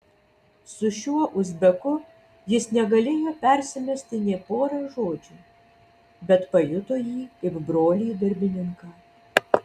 su šiuo uzbeku jis negalėjo persimesti nė pora žodžių bet pajuto jį kaip brolį darbininką